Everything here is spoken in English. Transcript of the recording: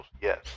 yes